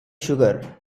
sugar